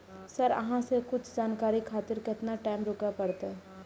Sir अहाँ से कुछ जानकारी खातिर केतना टाईम रुके परतें?